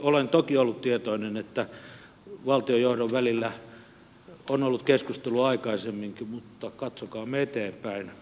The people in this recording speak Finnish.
olen toki ollut tietoinen että valtiojohdon kanssa on ollut keskustelua aikaisemminkin mutta katsokaamme eteenpäin